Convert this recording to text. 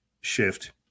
shift